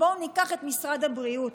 בואו ניקח את משרד הבריאות,